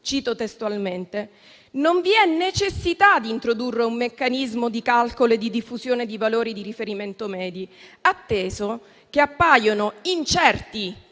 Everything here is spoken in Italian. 27 gennaio che non vi è «necessità di introdurre un meccanismo di calcolo e di diffusione di valori di riferimento medi, atteso che appaiono incerti